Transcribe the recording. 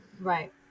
Right